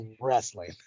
wrestling